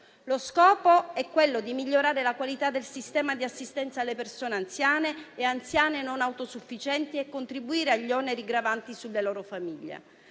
Lo scopo è migliorare la qualità del sistema di assistenza alle persone anziane e anziane non autosufficienti e di contribuire agli oneri gravanti sulle loro famiglie.